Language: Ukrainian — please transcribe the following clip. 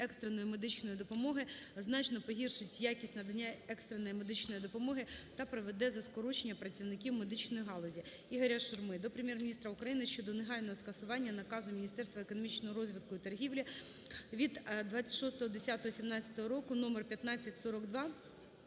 екстреної медичної допомоги, значно погіршить якість надання екстреної медичної допомоги та приведе до скорочення працівників медичної галузі. Ігоря Шурми до Прем'єр-міністра України щодо негайного скасування наказу Міністерства економічного розвитку і торгівлі від 26.10.17 року №1542